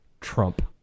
Trump